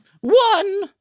one